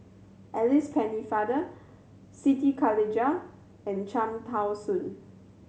Alice Pennefather Siti Khalijah and Cham Tao Soon